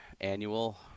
annual